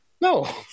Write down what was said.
No